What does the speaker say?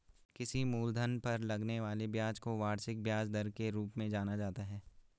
किसी मूलधन पर लगने वाले ब्याज को वार्षिक ब्याज दर के रूप में जाना जाता है